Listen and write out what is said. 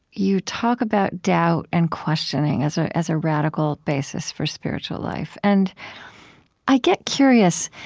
you talk about doubt and questioning as ah as a radical basis for spiritual life. and i get curious,